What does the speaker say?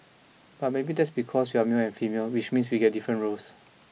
but maybe that's because we're male and female which means we get different roles